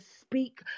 speak